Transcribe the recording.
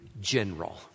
general